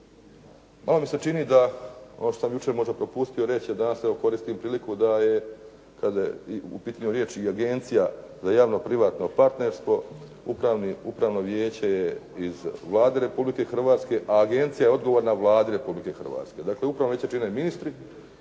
Malo mi se čini da, ono što sam jučer možda propustio reći, a danas evo koristim priliku da je kada je u pitanju riječ i Agencija za javno privatno partnerstvo, upravno vijeće je iz Vlade Republike Hrvatske, a agencija je odgovorna Vladi Republike Hrvatske. Dakle, upravno vijeće čine ministri